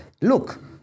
look